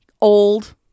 old